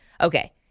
Okay